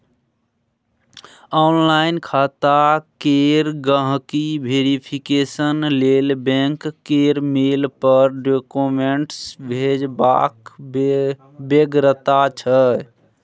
online खाता केर गांहिकी वेरिफिकेशन लेल बैंक केर मेल पर डाक्यूमेंट्स भेजबाक बेगरता छै